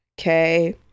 Okay